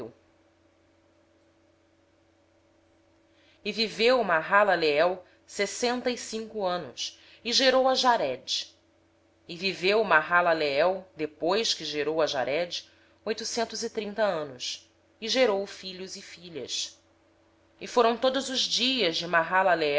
e morreu maalalel viveu sessenta e cinco anos e gerou a jarede viveu maalalel depois que gerou a jarede oitocentos e trinta anos e gerou filhos e filhas todos os dias de